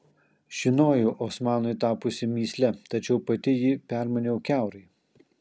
žinojau osmanui tapusi mįsle tačiau pati jį permaniau kiaurai